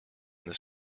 this